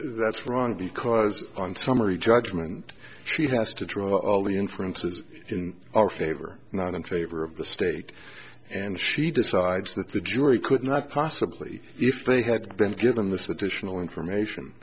that's wrong because on summary judgment she has to draw all the inferences in our favor not in favor of the state and she decides that the jury could not possibly if they had been given this additional information